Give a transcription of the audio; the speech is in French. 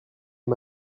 est